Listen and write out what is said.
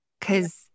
Cause